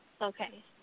Okay